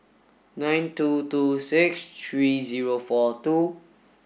nine two two six three zero four two